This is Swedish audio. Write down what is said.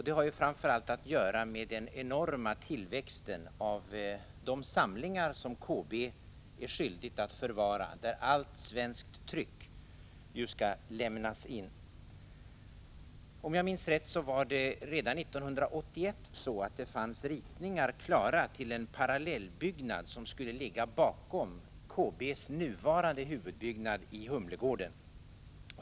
Det har framför allt att göra med den enorma tillväxten av de samlingar som KB är skyldigt att förvara på grund av att allt svenskt tryck skall lämnas in till KB. Om jag minns rätt fanns redan 1981 ritningar klara till en parallellbyggnad, som skulle ligga bakom KB:s nuvarande huvudbyggnad i Humlegården.